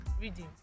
Reading